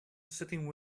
sitting